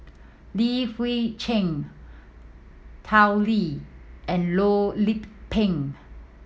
Li Hui Cheng Tao Li and Loh Lik Peng